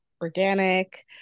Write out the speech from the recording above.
organic